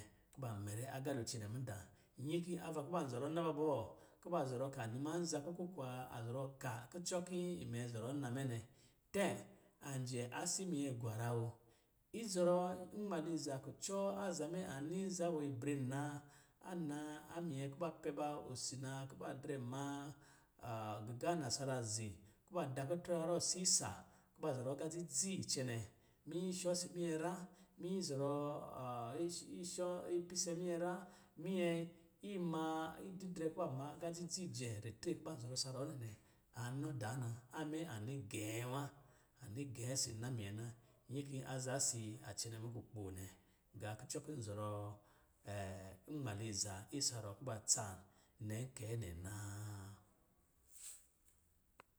kuba mɛrɛ agalo cɛnɛ mudaa nyi ki ava kuba zɔrɔ nna ba bɔ, kuba zɔrɔ ka ni maanza kɔ̄, ko kuwa a zɔrɔ ka kucɔ loo imɛ zɔrɔ mma mɛ nɛ tɛ an jɛ asi minyɛ gwara woo. Izɔrɔ nmaliza kucɔ aza mɛ a ni nza wi bri naa a naa a minyɛ kuba pɛba pso ma lina drɛ maa gigan nasara zi kuna da kutrɔ harɔ siisa. Kuba zɔrɔ aga dzidzii cɛnɛ. Minyɛ shɔ si minyɛra, minyɛ zɔrɔ ipise minyera, minyɛ imaa ididrɛ kuba ma aga dzidzi jɛ ritre kuba zɔrɔ sa ruwɔ̄ nɛ nɛ, a nɔ dāā na, a mɛ a ni gɛɛ nwa. A ni gɛɛ isi na minyɛ na nyi ki aza si a cɛnɛ mukukpo nɛ, ga kucɔ kɔ̄ zɔrɔ nmaliza isa ruwɔ̄ kuba tsan nɛ kɛ nɛ naa-aa.